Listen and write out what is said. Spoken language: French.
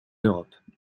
europe